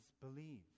believe